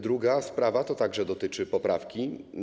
Druga sprawa także dotyczy poprawki.